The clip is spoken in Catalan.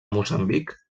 moçambic